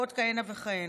ועוד כהנה וכהנה.